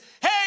hey